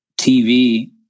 TV